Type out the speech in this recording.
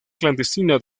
clandestina